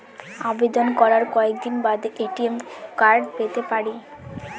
আবেদন করার কতদিন বাদে এ.টি.এম কার্ড পেতে পারি?